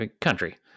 country